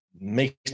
makes